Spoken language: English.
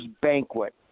Banquet